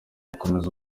gukomeza